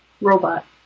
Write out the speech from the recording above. robot